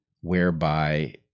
whereby